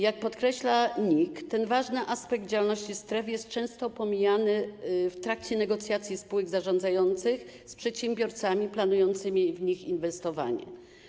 Jak podkreśla NIK, ten ważny aspekt działalności stref jest często pomijany w trakcie negocjacji spółek zarządzających z przedsiębiorcami planującymi w nich inwestowanie.